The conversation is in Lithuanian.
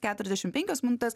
keturiasdešim penkios minutės